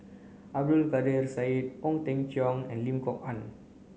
Abdul Kadir Syed Ong Teng Cheong and Lim Kok Ann